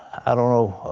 i don't know